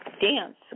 Dance